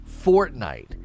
Fortnite